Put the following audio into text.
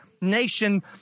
nation